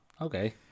Okay